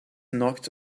knocked